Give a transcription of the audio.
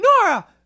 Nora